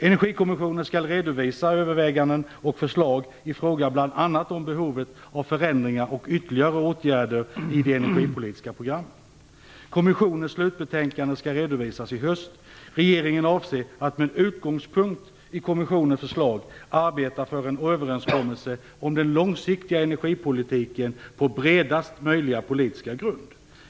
Energikommissionen skall redovisa överväganden och förslag om bl.a. behovet av förändringar och ytterligare åtgärder i de energipolitiska programmen. Kommissionens slutbetänkande skall redovisas i höst. Regeringen avser att, med utgångspunkt i kommissionens förslag, arbeta för en överenskommelse om den långsiktiga energipolitiken på bredast möjliga politiska grund.